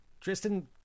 Tristan